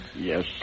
Yes